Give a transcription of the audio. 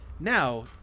Now